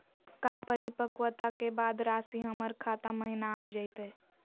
का परिपक्वता के बाद रासी हमर खाता महिना आ जइतई?